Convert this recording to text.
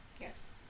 Yes